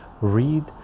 Read